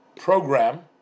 program